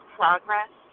progress